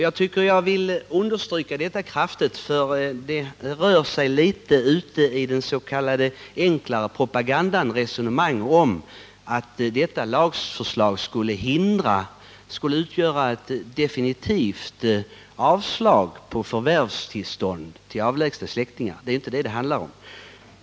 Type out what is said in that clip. Jag vill kraftigt understryka detta, för det förekommer ute i den s.k. enklare propagandan vissa resonemang om att detta lagförslag skulle utgöra ett definitivt avslag på förvärvstillstånd till avlägsna släktingar. Det är inte detta det handlar om.